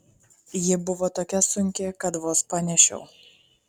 ji buvo tokia sunki kad vos panešiau